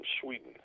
Sweden